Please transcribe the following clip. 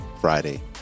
Friday